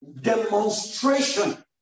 demonstration